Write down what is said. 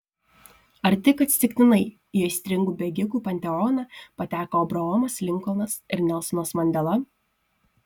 ar tik atsitiktinai į aistringų bėgikų panteoną pateko abraomas linkolnas ir nelsonas mandela